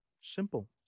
Simple